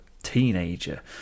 teenager